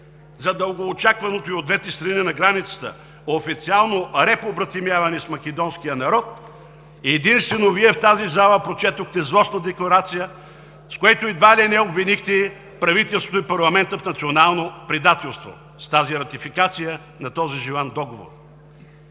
за дългоочакваното и от двете страни на границата официално репобратимяване с македонския народ, единствено Вие в тази зала прочетохте злостна декларация, с която едва ли не обвинихте правителството и парламента в национално предателство – с ратификацията на този желан договор!